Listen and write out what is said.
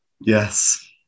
Yes